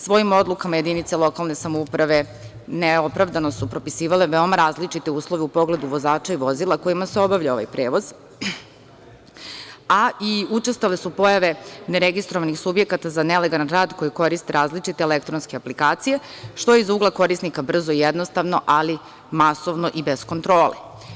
Svojim odlukama jedinice lokalne samouprave neopravdano su propisivale veoma različite uslove u pogledu vozača i vozila koji se obavlja ovaj prevoz, a i učestale su pojave neregistrovanih subjekata za nelegalan rad, koji koriste različite elektronske aplikacije, što je iz ugla korisnika brzo i jednostavno, ali masovno i bez kontrole.